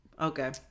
Okay